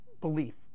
belief